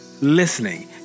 listening